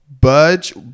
Budge